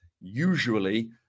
usually